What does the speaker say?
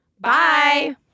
Bye